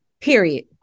Period